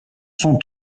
sont